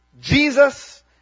Jesus